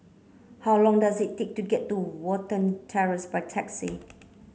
how long does it take to get to Watten Terrace by taxi